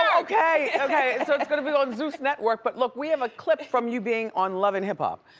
um okay, okay. so it's gonna be on zeus network. but look, we have a clip from you being on love and hip hop.